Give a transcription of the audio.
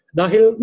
dahil